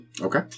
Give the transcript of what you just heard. Okay